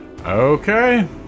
Okay